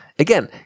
Again